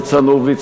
ניצן הורוביץ,